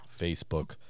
Facebook